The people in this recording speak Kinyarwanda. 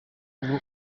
uba